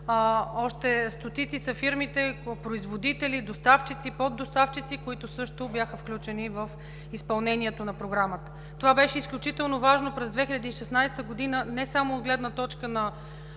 още стотици са фирмите, производители, доставчици, поддоставчици, които също бяха включени в изпълнението на Програмата. Това беше изключително важно през 2016 г. не само от гледна точка на